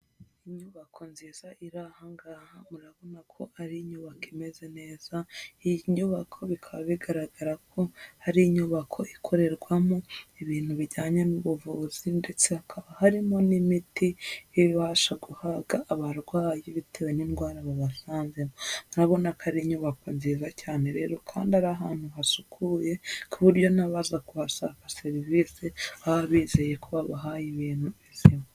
Inyubako nziza iri aha ngaha, urabona ko ari inyubako imeze neza, iyi nyubako bikaba bigaragara ko ari inyubako ikorerwamo ibintu bijyanye n'ubuvuzi ndetse hakaba harimo n'imiti ibasha guhabwa abarwayi bitewe n'indwara babasanzemo, urabona ko ari inyubako nziza cyane rero kandi ari ahantu hasukuye, ku buryo n'abaza kuhasaba serivise, baba bizeye ko babahaye ibintu bizima.